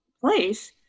place